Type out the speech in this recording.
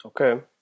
Okay